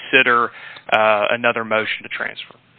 consider another motion to transfer